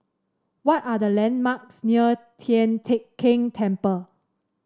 what are the landmarks near Tian Teck Keng Temple